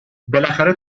بالاخره